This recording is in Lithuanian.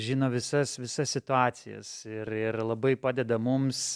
žino visas visas situacijas ir ir labai padeda mums